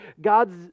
God's